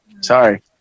Sorry